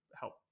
help